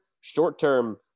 Short-term